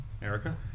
Erica